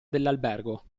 dell’albergo